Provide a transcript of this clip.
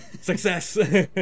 Success